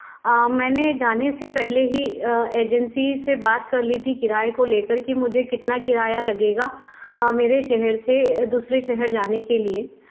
मैंने जाने से पहले ही एजेंसी से बात कर ली थी किराये को लेकर कि मुझे कितना किराया लगेगा मेरे शहर से दूसरे शहर जाने के लिए